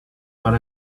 far